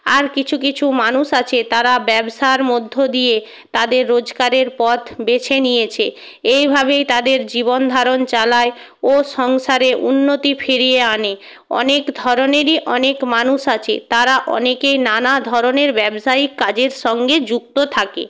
আর কিছু কিছু মানুষ আছে তারা ব্যবসার মধ্য দিয়ে তাদের রোজগারের পথ বেছে নিয়েছে এইভাবেই তাদের জীবনধারণ চালায় ও সংসারে উন্নতি ফিরিয়ে আনে অনেক ধরনেরই অনেক মানুষ আছে তারা অনেকেই নানা ধরনের ব্যবসায়িক কাজের সঙ্গে যুক্ত থাকে